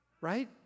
Right